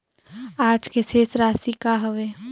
आज के शेष राशि का हवे?